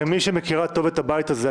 כמי שמכירה טוב את הבית הזה,